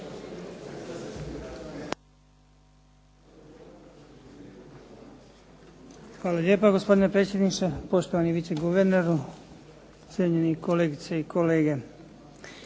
Hvala lijepa. Gospodine predsjedniče, poštovani viceguverneru, cijenjeni kolegice i kolege.